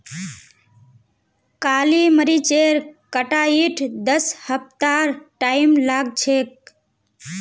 काली मरीचेर कटाईत दस हफ्तार टाइम लाग छेक